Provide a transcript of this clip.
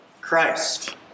Christ